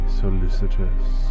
solicitous